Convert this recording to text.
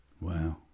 wow